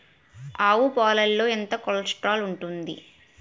ఆవు పాలలో ఎంత కొలెస్ట్రాల్ ఉంటుంది?